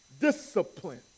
Discipline